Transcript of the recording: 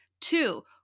Two